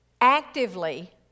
actively